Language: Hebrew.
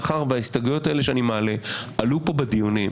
מאחר שההסתייגויות האלה שאני מעלה עלו פה בדיונים,